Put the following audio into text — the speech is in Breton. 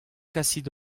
kasit